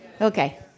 Okay